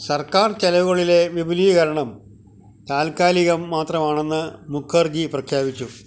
സർക്കാർ ചിലവുകളിലെ വിപുലീകരണം താൽക്കാലികം മാത്രമാണെന്ന് മുഖർജി പ്രഖ്യാപിച്ചു